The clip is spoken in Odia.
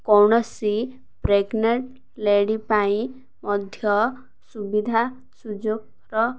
କୌଣସି ପ୍ରେଗ୍ନେଣ୍ଟ୍ ଲେଡ଼ି ପାଇଁ ମଧ୍ୟ ସୁବିଧା ସୁଯୋଗର